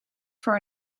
for